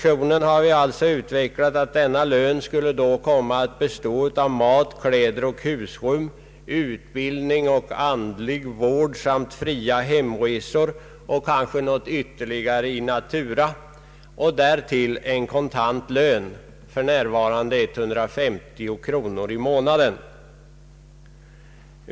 I denna lön ingår mat, kläder, husrum, utbildning och andlig vård, fria hemresor samt kanske ytterligare någon naturaförmån och därtill en kontant ersättning på f.n. 150 kronor i månaden.